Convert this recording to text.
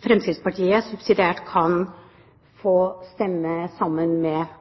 Fremskrittspartiet subsidiært kan få stemme sammen med